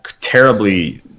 terribly